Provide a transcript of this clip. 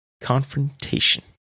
confrontation